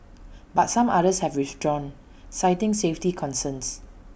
but some others have withdrawn citing safety concerns